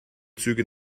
züge